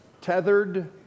tethered